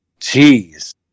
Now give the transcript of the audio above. Jeez